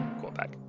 quarterback